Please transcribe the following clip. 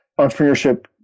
entrepreneurship